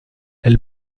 elle